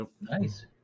Nice